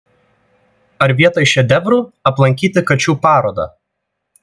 ar vietoj šedevrų aplankyti kačių parodą